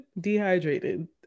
dehydrated